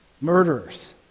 murderers